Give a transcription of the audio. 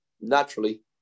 Naturally